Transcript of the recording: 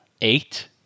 eight